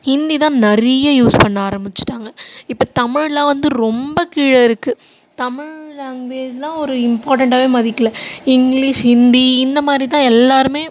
ஹிந்தி தான் நிறைய யூஸ் பண்ண ஆரம்பிச்சுட்டாங்க இப்போ தமிழெல்லாம் வந்து ரொம்ப கீழே இருக்குது தமிழ் லாங்குவேஜெல்லாம் ஒரு இம்பார்ட்டண்டாகவே மதிக்கலை இங்கிலீஷ் ஹிந்தி இந்தமாதிரிதான் எல்லாேருமே